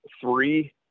three –